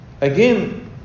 Again